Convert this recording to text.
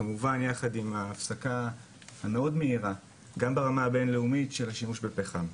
כמובן יחד עם ההפסקה המאוד מהירה גם ברמה הבין לאומית של השימוש בפחם.